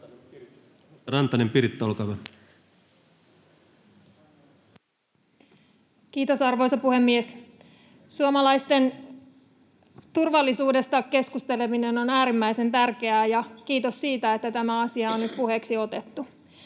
Kiitos, arvoisa puhemies! Suomalaisten turvallisuudesta keskusteleminen on äärimmäisen tärkeää, ja kiitos siitä, että tämä asia on nyt puheeksi otettu.